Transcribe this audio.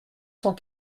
cent